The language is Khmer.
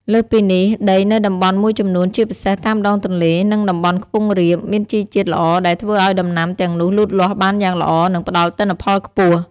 លើសពីនេះ ដីនៅតំបន់មួយចំនួន ជាពិសេសតាមដងទន្លេ និងតំបន់ខ្ពង់រាប មានជីជាតិល្អដែលធ្វើឱ្យដំណាំទាំងនោះលូតលាស់បានយ៉ាងល្អ និងផ្តល់ទិន្នផលខ្ពស់។